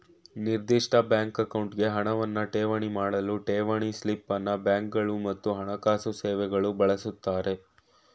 ನಿರ್ದಿಷ್ಟ ಬ್ಯಾಂಕ್ ಅಕೌಂಟ್ಗೆ ಹಣವನ್ನ ಠೇವಣಿ ಮಾಡಲು ಠೇವಣಿ ಸ್ಲಿಪ್ ಅನ್ನ ಬ್ಯಾಂಕ್ಗಳು ಮತ್ತು ಹಣಕಾಸು ಸೇವೆಗಳು ಬಳಸುತ್ತಾರೆ